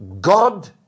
God